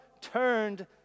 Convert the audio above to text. turned